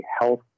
health